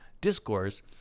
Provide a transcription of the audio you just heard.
discourse